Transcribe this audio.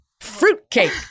fruitcake